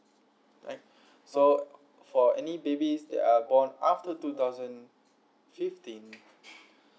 right so for any babies that are born after two thousand fifteen